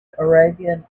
arabian